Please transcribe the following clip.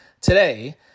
today